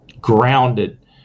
grounded